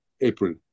April